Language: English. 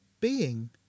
being